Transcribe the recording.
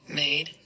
made